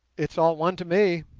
it's all one to me